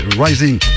Rising